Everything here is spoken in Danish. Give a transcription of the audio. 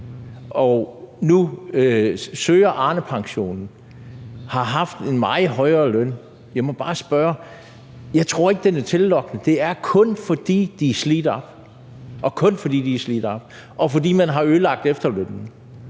og nu søger Arnepension, har haft en meget højere løn. Jeg må bare sige, at jeg ikke tror, at den er tillokkende. Det er kun, fordi de er slidt op – og kun fordi de er slidt op, og fordi man har ødelagt efterlønnen.